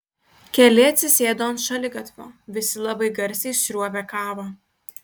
keli atsisėdo ant šaligatvio visi labai garsiai sriuobė kavą